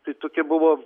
tai tokia buvo